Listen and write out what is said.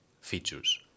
features